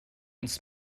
uns